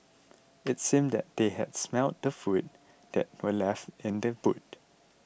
it seemed that they had smelt the food that were left in the boot